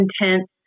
intense